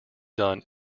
done